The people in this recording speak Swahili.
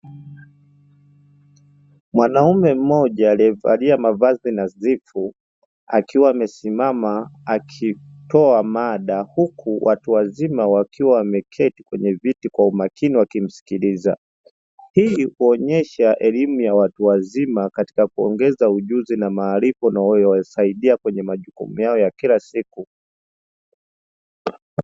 Mwanaume mmoja aliyevalia mavazi nadhifu akiwa amesimama akitoa mada huku watu wazima wakiwa wameketi kwenye viti kwa umakini wakimsikiliza. Hii huonyesha elimu ya watu wazima katika kuongeza ujuzi na maarifa na yenye kuwasaidia kwenye majukumu yao ya kila siku.